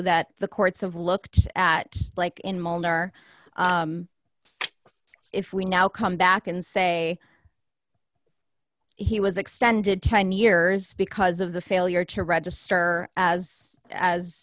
that the courts of looked at like in molnar if we now come back and say he was extended ten years because of the failure to register as as